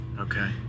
Okay